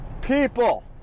people